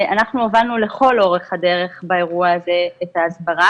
אנחנו הובלנו לכל אורך הדרך באירוע הזה את ההסברה,